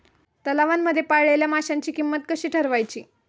तलावांमध्ये पाळलेल्या माशांची किंमत कशी ठरवायची?